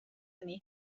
hynny